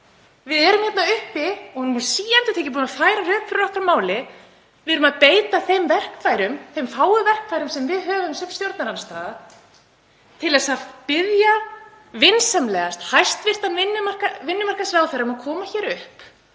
Við erum hérna uppi og erum síendurtekið búin að færa rök fyrir okkar máli. Við erum að beita þeim verkfærum, þeim fáu verkfærum sem við höfum sem stjórnarandstaða, til að biðja vinsamlegast hæstv. félags- og vinnumarkaðsráðherra um að koma hér upp